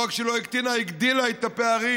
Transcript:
לא רק שלא הקטינה אלא הגדילה את הפערים,